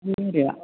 മുന്നൂറു രൂപ